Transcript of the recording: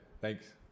thanks